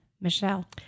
Michelle